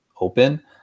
open